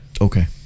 Okay